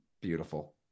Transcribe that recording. beautiful